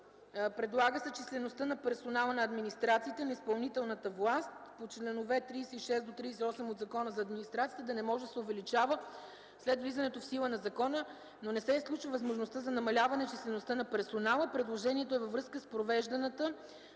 Предлага се числеността на персонала на администрациите на изпълнителна власт по членове 36 - 38 от Закона за администрацията да не може да се увеличава след влизането в сила на закона, но не се изключва възможността за намаляване числеността на персонала. Предложението е във връзка с провежданата